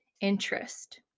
interest